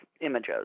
images